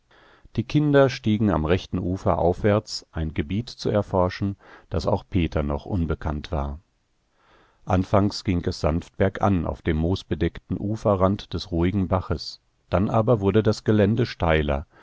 die kinder stiegen am rechten ufer aufwärts ein gebiet zu erforschen das auch peter noch unbekannt war anfangs ging es sanft bergan auf dem moosbedeckten uferrand des ruhigen baches dann aber wurde das gelände steiler